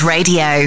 Radio